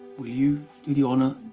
will you do the honor